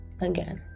again